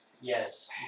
Yes